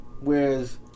whereas